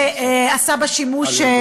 ועושה בה שימוש,